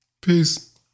Peace